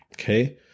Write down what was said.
Okay